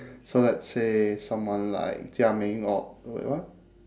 so let's say someone like jia ming or wait wait what